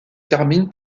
termine